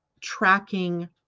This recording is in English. tracking